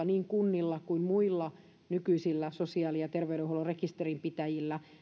niin kunnilla kuin muilla nykyisillä sosiaali ja terveydenhuollon rekisterinpitäjillä tosiasiallista mahdollisuutta